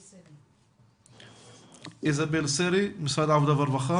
סרי, בבקשה.